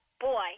boy